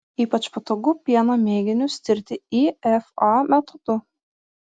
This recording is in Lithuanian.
ypač patogu pieno mėginius tirti ifa metodu